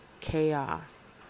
chaos